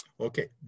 Okay